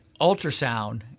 ultrasound